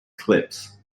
clips